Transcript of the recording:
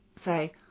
say